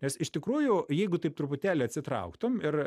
nes iš tikrųjų jeigu taip truputėlį atsitrauktum ir